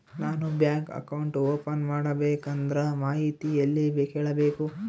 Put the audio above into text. ನಾನು bank account open ಮಾಡಬೇಕಂದ್ರ ಮಾಹಿತಿ ಎಲ್ಲಿ ಕೇಳಬೇಕು?